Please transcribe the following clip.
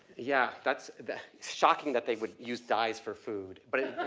yeah that's shocking that they would use dyes for food but. of